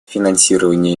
финансирование